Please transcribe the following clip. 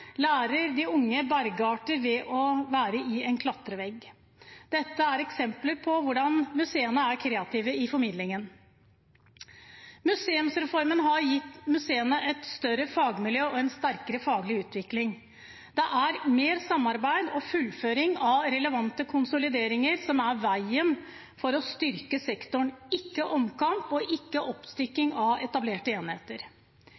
lærer de unge bergarter ved å være i en klatrevegg. Dette er eksempler på hvordan museene er kreative i formidlingen. Museumsreformen har gitt museene et større fagmiljø og en sterkere faglig utvikling. Det er mer samarbeid og fullføring av relevante konsolideringer som er veien for å styrke sektoren – ikke omkamp og ikke